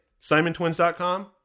simontwins.com